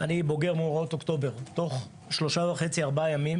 אני בוגר מאורעות אוקטובר שתוך שלושה וחצי-ארבעה ימים